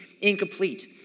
incomplete